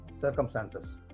circumstances